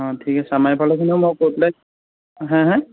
অঁ ঠিক আছে আমাৰ এইফালৰখিনিও মই কৈ পেলাই হা হা